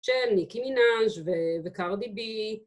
‫של ניקי מינז' וקרדי-בי.